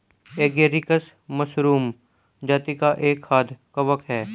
agaricus mushroom जाती का एक खाद्य कवक है